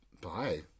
bye